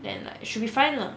then like should be fine lah